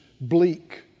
bleak